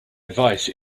advice